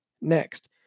next